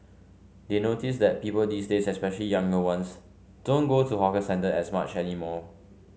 they notice that people these days especially younger ones don't go to hawker centre as much anymore